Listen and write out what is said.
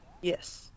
Yes